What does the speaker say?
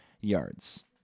yards